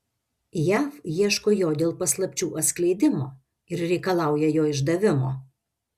jav ieško jo dėl paslapčių atskleidimo ir reikalauja jo išdavimo